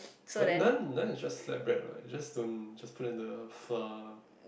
but naan naan is just flatbread what you just don't just put in the flour